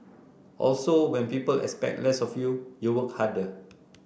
also when people expect less of you you work harder